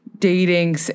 Dating –